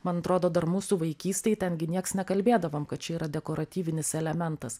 man atrodo dar mūsų vaikystėj ten gi nieks nekalbėdavom kad čia yra dekoratyvinis elementas